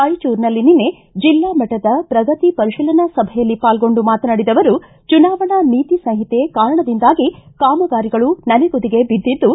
ರಾಯಚೂರಿನಲ್ಲಿ ನಿನ್ನೆ ಜಿಲ್ಲಾ ಮಟ್ಟದ ಪ್ರಗತಿ ಪರಿಶೀಲನಾ ಸಭೆಯಲ್ಲಿ ಪಾಲ್ಗೊಂಡು ಮಾತನಾಡಿದ ಅವರು ಚುನಾವಣಾ ನೀತಿ ಸಂಹಿತೆ ಕಾರಣದಿಂದಾಗಿ ಕಾಮಗಾರಿಗಳು ನನೆಗುದಿಗೆ ಬಿದ್ದಿದ್ದು